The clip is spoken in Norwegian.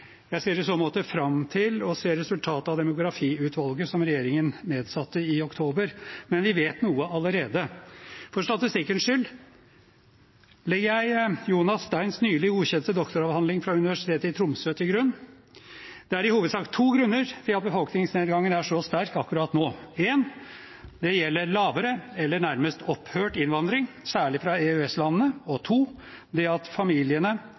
Jeg ser i så måte fram til å se resultatet av demografiutvalget som regjeringen nedsatte i oktober. Men vi vet noe allerede. For statistikkens skyld legger jeg Jonas Steins nylig godkjente doktoravhandling fra Universitetet i Tromsø til grunn. Det er i hovedsak to grunner til at befolkningsnedgangen er så sterk akkurat nå. Én: Det gjelder lavere eller nærmest opphørt innvandring, særlig fra EØS-landene. Og to: det at familiene